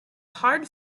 hard